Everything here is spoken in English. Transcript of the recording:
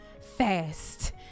fast